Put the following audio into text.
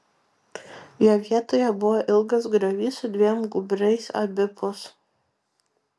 jo vietoje buvo ilgas griovys su dviem gūbriais abipus